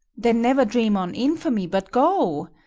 then never dream on infamy, but go.